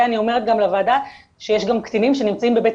ואני אומרת גם לוועדה שיש גם קטינים שנמצאים בבית